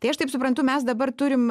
tai aš taip suprantu mes dabar turim